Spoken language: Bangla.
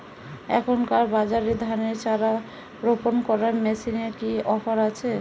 এখনকার বাজারে ধানের চারা রোপন করা মেশিনের কি অফার আছে?